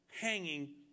hanging